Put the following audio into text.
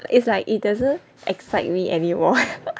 it's like it doesn't excite me anymore